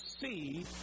see